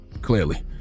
clearly